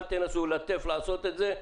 אל תנסו לטף לעשות את זה.